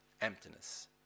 Emptiness